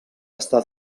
està